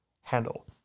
handle